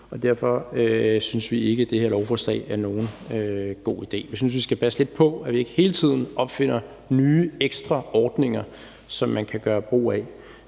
Derfor synes vi ikke, det her lovforslag er nogen god idé. Vi synes, at vi skal passe lidt på, at vi ikke hele tiden opfinder nye ekstra ordninger, som man kan gøre brug af.